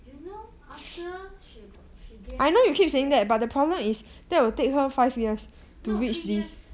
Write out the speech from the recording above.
you know after she gain no three years